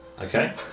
okay